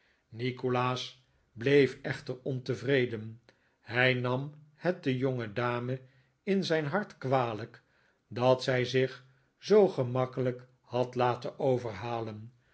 nikolaas bleef echter ontevreden hij nam het de jongedame in zijn hart kwalijk dat zij zich zoo gemakkelijk had laten overhalen